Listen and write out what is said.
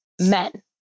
men